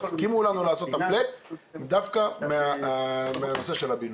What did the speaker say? תסכימו לעשות את ה"פלאט" דווקא מהנושא של הבינוי.